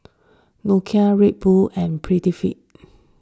Nokia Red Bull and Prettyfit